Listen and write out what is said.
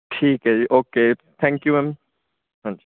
ਠੀਕ ਹੈ ਜੀ ਓਕੇ ਥੈਂਕਯੂ ਮੈਮ ਹਾਂਜੀ